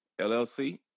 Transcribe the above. LLC